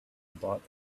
bought